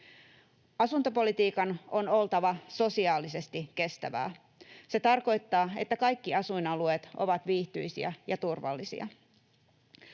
Asuntopolitiikan on oltava sosiaalisesti kestävää. Se tarkoittaa, että kaikki asuinalueet ovat viihtyisiä ja turvallisia.